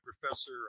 Professor